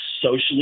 socially